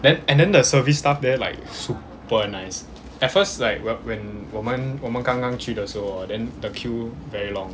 then and then the service staff there like super nice at first like whe~ when 我们我们刚刚去的时候 orh then the queue very long